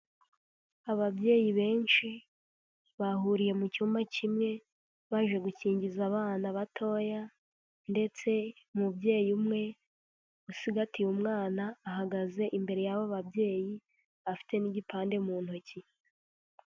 Ababyeyi benshi bahuriye mu cyumba kimwe baje gukingiza abana batoya, ndetse umubyeyi umwe ucigatiye umwana ahagaze imbere y'aba babyeyi, afite n'igipande mu ntoki.